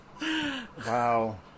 wow